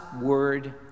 word